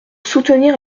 soutenir